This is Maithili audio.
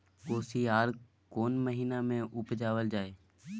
कोसयार कोन महिना मे उपजायल जाय?